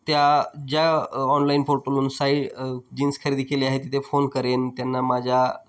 त्या ज्या ऑनलाईन पोर्टलून साई जीन्स खरेदी केले आहे तिथे फोन करेन त्यांना माझ्या